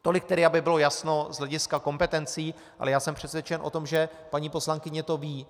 Tolik tedy, aby bylo jasno z hlediska kompetencí, ale já jsem přesvědčen o tom, že to paní poslankyně ví.